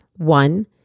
One